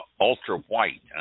ultra-white